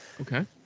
okay